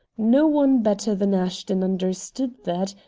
no one better than ashton understood that,